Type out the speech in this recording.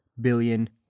billion